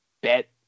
bet